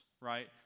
right